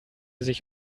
sich